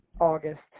August